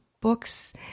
books